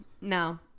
no